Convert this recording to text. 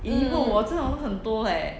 mm